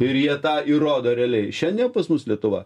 ir jie tą įrodo realiai šiandien pas mus lietuva